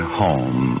home